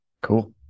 cool